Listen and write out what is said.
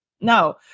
No